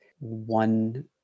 One